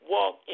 Walk